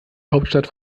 hauptstadt